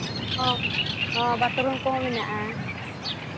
ᱦᱚᱸ ᱵᱟᱛᱷᱨᱩᱢ ᱠᱚᱦᱚᱸ ᱢᱮᱱᱟᱜᱼᱟ